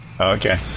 Okay